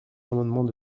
amendements